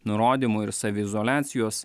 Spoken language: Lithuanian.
nurodymų ir saviizoliacijos